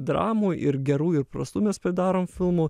dramų ir gerų ir prastų mes pridarom filmų